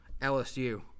LSU